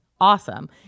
awesome